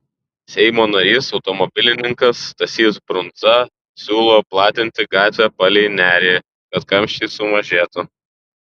seimo narys automobilininkas stasys brundza siūlo platinti gatvę palei nerį kad kamščiai sumažėtų